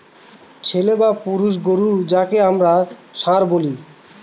ছেলে বা পুরুষ গোরু যাকে আমরা ষাঁড় বলি